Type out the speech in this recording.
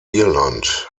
irland